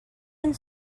and